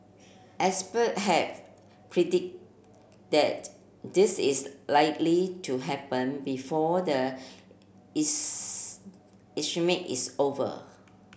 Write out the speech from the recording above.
expert have predict that this is likely to happen before the is over